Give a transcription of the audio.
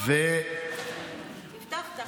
הבטחת.